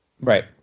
Right